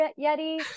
Yeti